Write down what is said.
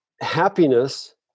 happiness